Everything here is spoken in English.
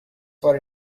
for